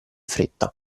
fretta